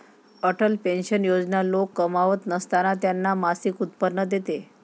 Atal pension योजना लोक कमावत नसताना त्यांना मासिक उत्पन्न देते